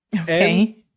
Okay